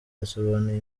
yasobanuye